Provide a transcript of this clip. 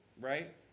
right